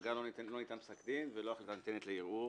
בהשגה לא ניתן פסק דין ולא החלטה ניתנת לערעור.